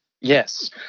Yes